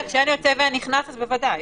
כשאין יוצא ואין נכנס אז בוודאי.